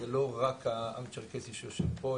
זה לא רק העם הצ'רקסי שיושב פה,